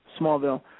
Smallville